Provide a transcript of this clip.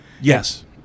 Yes